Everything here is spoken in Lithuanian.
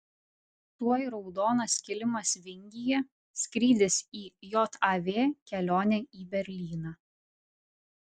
tuoj raudonas kilimas vingyje skrydis į jav kelionė į berlyną